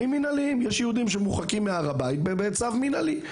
יש יהודים שמורחקים מהר הבית בצו מנהלי.